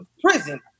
prison